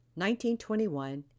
1921